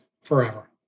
forever